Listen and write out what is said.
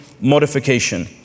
modification